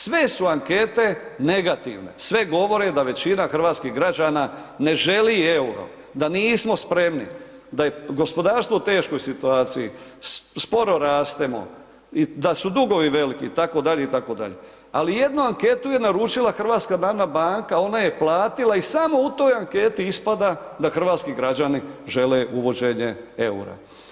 Sve su ankete negativne, sve govore da većina hrvatskih građana ne želi EUR-o, da nismo spremni, da je gospodarstvo u teškoj situaciji, sporo rastemo, da su dugovi veliki itd., itd., ali ali jednu anketu je naručila HNB, ona je platila i samo u toj anketi ispada da hrvatski građani žele uvođenje eura.